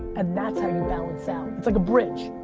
and that's how you balance out. it's like a bridge.